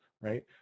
right